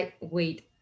Wait